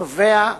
התובע,